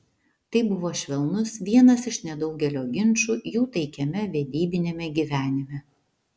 tai buvo švelnus vienas iš nedaugelio ginčų jų taikiame vedybiniame gyvenime